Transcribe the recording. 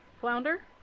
Flounder